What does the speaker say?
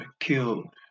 killed